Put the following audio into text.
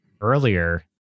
earlier